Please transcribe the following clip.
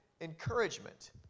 encouragement